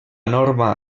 norma